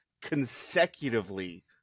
consecutively